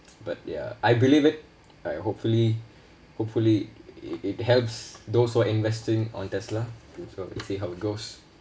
but ya I believe it I hopefully hopefully it helps those who are investing on tesla so see how it goes